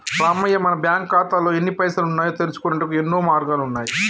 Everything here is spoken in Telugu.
రామయ్య మన బ్యాంకు ఖాతాల్లో ఎన్ని పైసలు ఉన్నాయో తెలుసుకొనుటకు యెన్నో మార్గాలు ఉన్నాయి